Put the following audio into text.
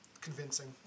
convincing